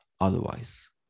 otherwise